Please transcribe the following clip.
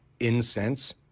Incense